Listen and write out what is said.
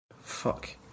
Fuck